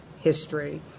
history